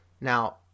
Now